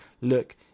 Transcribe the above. look